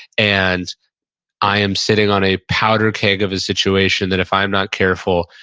and i am sitting on a powder keg of a situation that if i'm not careful,